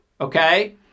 Okay